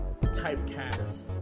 typecast